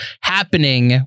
happening